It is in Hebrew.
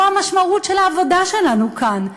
זו המשמעות של העבודה שלנו כאן.